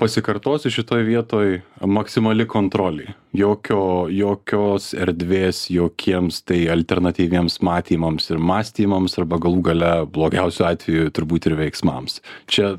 pasikartosiu šitoj vietoj maksimali kontrolė jokio jokios erdvės jokiems tai alternatyviems matymams ir mąstymams arba galų gale blogiausiu atveju turbūt ir veiksmams čia